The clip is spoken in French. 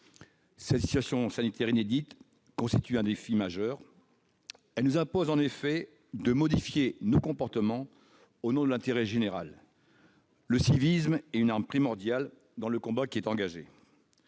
Cette situation sanitaire inédite constitue un défi majeur, en nous imposant de modifier nos comportements au nom de l'intérêt général. Le civisme est une arme primordiale dans le combat qui est engagé.